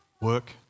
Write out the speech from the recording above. work